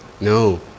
No